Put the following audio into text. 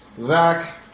Zach